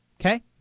okay